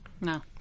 No